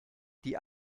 die